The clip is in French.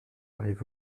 arrivé